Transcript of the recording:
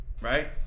Right